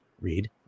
Read